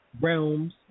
realms